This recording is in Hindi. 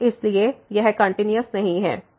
इसलिए यह कंटिन्यूस नहीं है